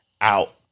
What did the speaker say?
out